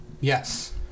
Yes